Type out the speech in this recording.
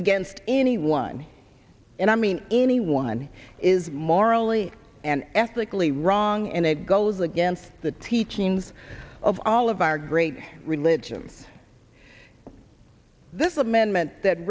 against anyone and i mean anyone is morally and ethically wrong and it goes against the teachings of all of our great religions this amendment that